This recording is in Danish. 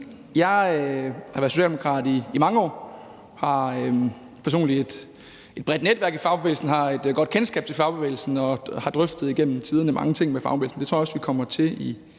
Jeg har været socialdemokrat i mange år, har personligt et bredt netværk i fagbevægelsen, har et godt kendskab til fagbevægelsen og har igennem tiden drøftet mange ting med fagbevægelsen. Det tror jeg også vi kommer til i